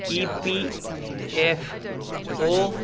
E P F O